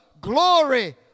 glory